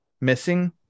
missing